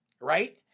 Right